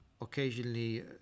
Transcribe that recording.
occasionally